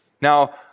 Now